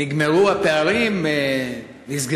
7 יעל כהן-פארן (המחנה הציוני): 7 יהודה גליק (הליכוד): 8 עיסאווי